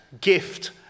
gift